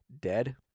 dead